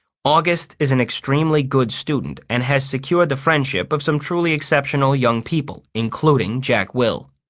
august is an extremely good student, and has secured the friendship of some truly exceptional young people, including jack will.